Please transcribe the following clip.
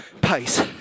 pace